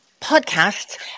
podcasts